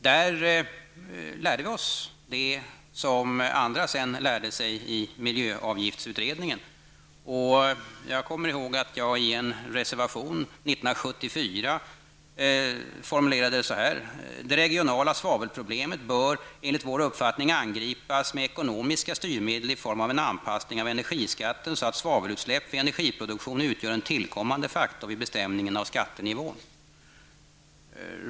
Där lärde vi oss det som andra sedan lärde sig i miljöavgiftsutredningen. Jag kommer ihåg att jag i en reservation år 1974 formulerade det så här: ''Det regionala svavelproblemet bör enligt vår uppfattning angripas med ekonomiska styrmedel i form av en anpassning av energiskatten så att svavelutsläpp i energiproduktionen utgör en tillkommande faktor vid bestämningen av skattenivån.''